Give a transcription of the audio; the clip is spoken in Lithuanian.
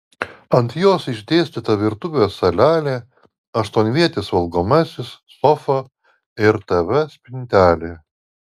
ant jos išdėstyta virtuvės salelė aštuonvietis valgomasis sofa ir tv spintelė